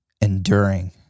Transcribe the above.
enduring